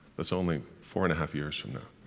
that's only four and a half years from now.